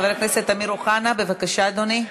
חבר הכנסת אמיר אוחנה, בבקשה, אדוני.